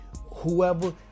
whoever